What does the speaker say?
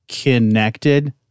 connected